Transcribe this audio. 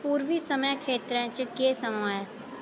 पूर्वी समें खेत्तरें च केह् समां ऐ